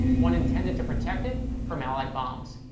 one intended to protect it from allied bombs.